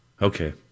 Okay